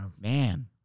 man